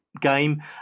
game